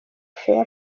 fair